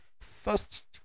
first